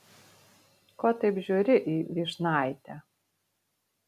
ko taip žiūri į vyšnaitę